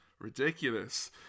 ridiculous